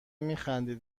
میخندید